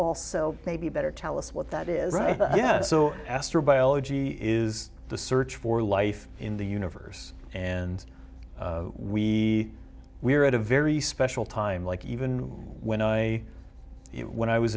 also maybe better tell us what that is right yeah so astrobiology is the search for life in the universe and we we're at a very special time like even when i when i was